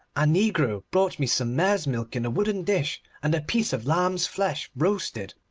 a negro brought me some mare's milk in a wooden dish, and a piece of lamb's flesh roasted.